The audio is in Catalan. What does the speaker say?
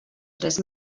tres